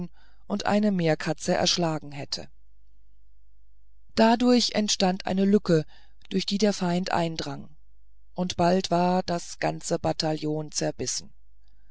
und eine meerkatze erschlagen hätte dadurch entstand eine lücke durch die der feind eindrang und bald war das ganze bataillon zerbissen